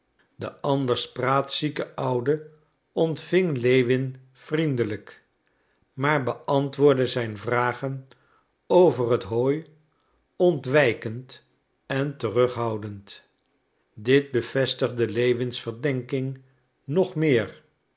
de anders praatzieke oude ontving lewin vriendelijk maar beantwoordde zijn vragen over het hooi ontwijkend en terughoudend dit bevestigde lewins verdenking nog meer